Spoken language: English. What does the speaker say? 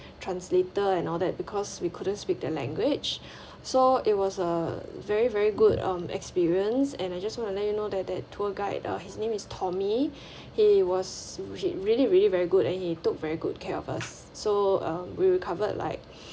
translator and all that because we couldn't speak their language so it was a very very good um experience and I just want to let you know that that tour guide uh his name is tommy he was which is really really very good and he took very good care of us so um we recovered like